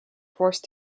forced